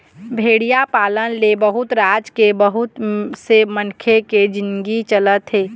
भेड़िया पालन ले बहुत राज के बहुत से मनखे के जिनगी चलत हे